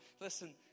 listen